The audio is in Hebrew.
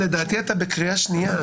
לדעתי אתה בקריאה שנייה.